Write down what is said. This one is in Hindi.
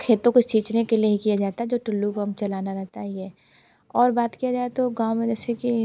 खेतों को सींचने के लिए ही किया जाता है टुल्लू पंप चलाना रहता ही है और बात किया जाए तो गाँव में जैसे कि